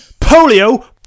Polio